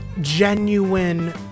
genuine